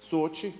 suoči